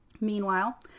Meanwhile